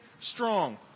strong